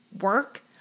work